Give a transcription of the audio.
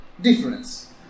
Difference